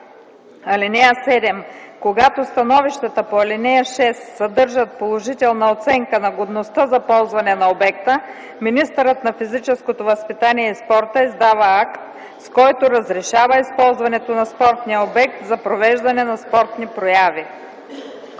(7) Когато становищата по ал. 6 съдържат положителна оценка на годността за ползване на обекта, министърът на физическото възпитание и спорта издава акт, с който разрешава използването на спортния обект за провеждане на спортни прояви.”